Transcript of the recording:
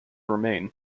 remain